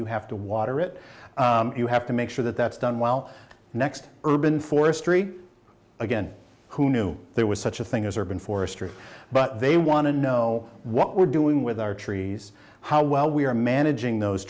you have to water it you have to make sure that that's done well next urban forestry again who knew there was such a thing as urban forestry but they want to know what we're doing with our trees how well we are managing those